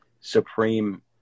Supreme